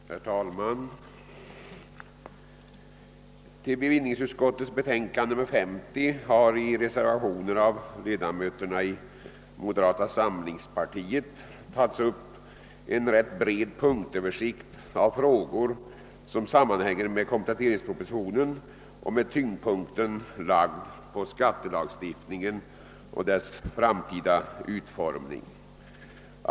Herr talman! Till bevillningsutskottets betänkande nr 50 har i reservationer av ledamöter tillhörande moderata samlingspartiet tagits upp en rätt bred punktöversikt av frågor som sammanhänger med kompletteringspropositionen, med tyngdpunkten lagd på skattelagstiftningen och dess framtida utformning.